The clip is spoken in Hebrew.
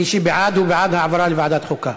מי שבעד הוא בעד העברה לוועדת החוקה,